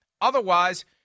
Otherwise